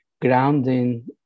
grounding